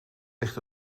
ligt